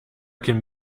can